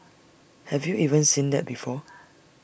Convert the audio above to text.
have you even seen that before